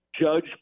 judge